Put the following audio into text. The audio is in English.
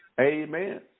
Amen